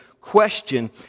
question